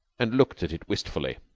and looked at it wistfully.